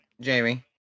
Jamie